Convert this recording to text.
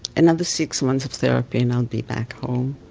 another six months of therapy and i'll be back home.